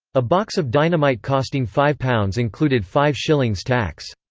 a box of dynamite costing five pounds included five shillings tax.